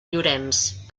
llorenç